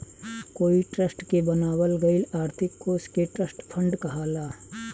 कोई ट्रस्ट के बनावल गईल आर्थिक कोष के ट्रस्ट फंड कहाला